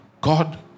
God